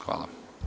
Hvala.